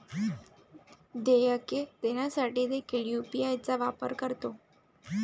देयके देण्यासाठी देखील यू.पी.आय चा वापर करतो